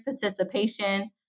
participation